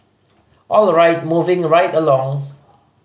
all right moving right along